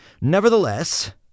Nevertheless